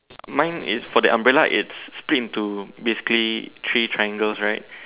mine is for the umbrella its split into basically three triangles right